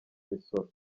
imisoro